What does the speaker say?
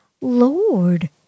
Lord